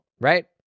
right